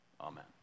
amen